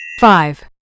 Five